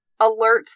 alerts